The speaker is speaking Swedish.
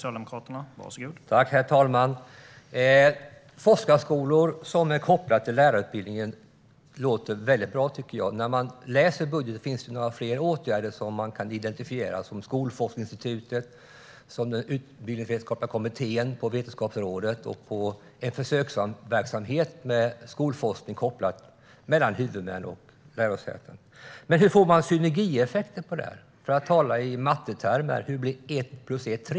Herr talman! Forskarskolor som är kopplade till lärarutbildningen låter bra. I budgeten kan man identifiera några fler åtgärder, såsom Skolforskningsinstitutet, utbildningsvetenskapliga kommittén inom Vetenskapsrådet och en försöksverksamhet med skolforskning kopplad mellan huvudmän och lärosäten. Men hur får man synergieffekter på detta? För att tala i mattetermer: Hur blir ett plus ett tre?